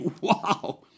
wow